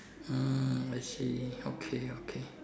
hmm I see okay okay